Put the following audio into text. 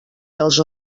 dels